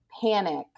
panic